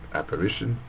apparition